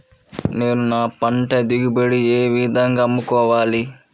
నేను నా పంట దిగుబడిని ఏ విధంగా అమ్ముకోవాలి?